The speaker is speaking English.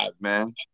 man